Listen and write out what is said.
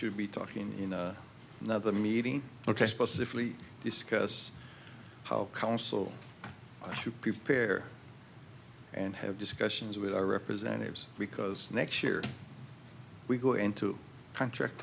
should be talking you know another meeting ok specifically discuss how counsel to prepare and have discussions with our representatives because next year we go into contract